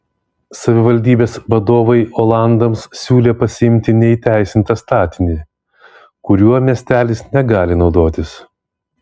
savivaldybės vadovai olandams siūlė pasiimti neįteisintą statinį kuriuo miestelis negali naudotis